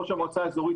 אני ראש המועצה האזורית